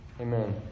Amen